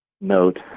note